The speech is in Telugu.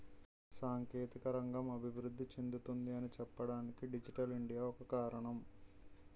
సాంకేతిక రంగం అభివృద్ధి చెందుతుంది అని చెప్పడానికి డిజిటల్ ఇండియా ఒక కారణం